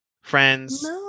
friends